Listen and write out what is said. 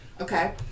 Okay